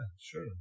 sure